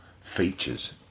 features